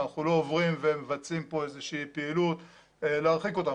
אנחנו לא עוברים ומבצעים פה איזה שהיא פעילות להרחיק אותם,